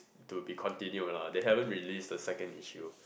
to be continued lah they haven't release the second issue